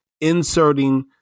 inserting